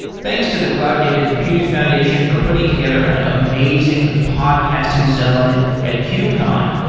thanks to the cloud native computing foundation for putting together an amazing podcasting zone at kubecon.